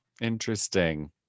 interesting